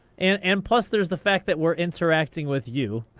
and and plus there's the fact that we're interacting with you.